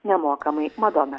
nemokamai madona